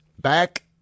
back